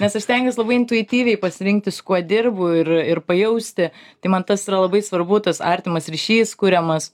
nes aš stengiuos labai intuityviai pasirinkti su kuo dirbu ir ir pajausti tai man tas yra labai svarbu tas artimas ryšys kuriamas